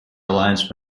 alliance